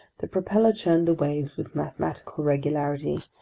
the propeller churned the waves with mathematical regularity,